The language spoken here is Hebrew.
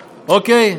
אוקיי?